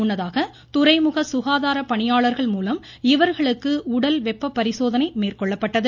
முன்னதாக துறைமுக சுகாதார பணியாளர்கள் மூலம் இவர்களுக்கு உடல் வெப்ப பரிசோதனை மேற்கொள்ளப்பட்டது